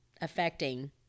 affecting